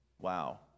wow